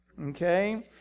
Okay